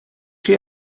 chi